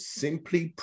simply